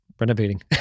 renovating